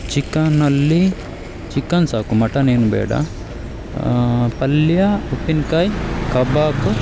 ಚಿಕನಲ್ಲಿ chicken ಸಾಕು mutton ಏನು ಬೇಡ ಪಲ್ಯ ಉಪ್ಪಿನ್ಕಾಯಿ ಕಬಾಬ